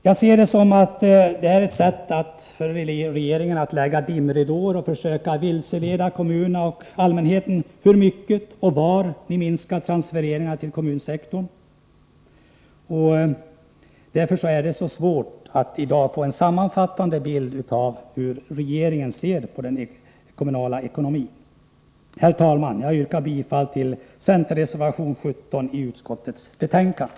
Jag ser saken så, att regeringen försöker lägga ut dimridåer och vilseleda kommunerna och allmänheten när det gäller hur mycket och var man minskar transfereringarna till kommunsektorn. Därför är det så svårt att i dag få en sammanfattande bild av hur regeringen ser på den kommunala ekonomin. Herr talman! Jag yrkar bifall till centerreservationen 17 i utskottets betänkande.